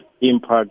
impact